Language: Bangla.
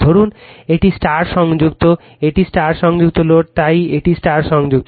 ধরুন এটি স্টার সংযুক্ত এটি স্টার সংযুক্ত লোড তাই এটি স্টার সংযুক্ত